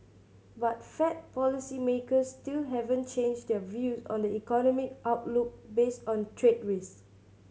but Fed policymakers still haven't changed their views on the economic outlook based on trade risk